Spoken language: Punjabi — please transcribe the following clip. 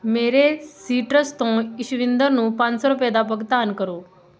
ਮੇਰੇ ਸੀਟਰਸ ਤੋਂ ਇਸ਼ਵਿੰਦਰ ਨੂੰ ਪੰਜ ਸੋ ਰੁਪਏ ਦਾ ਭੁਗਤਾਨ ਕਰੋ